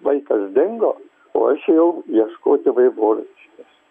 vaikas dingo o aš ėjau ieškoti vaivorykštės